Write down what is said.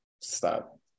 Stop